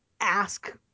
ask